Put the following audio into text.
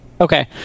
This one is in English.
Okay